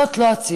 זאת לא הציונות.